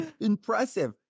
impressive